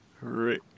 right